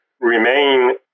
remain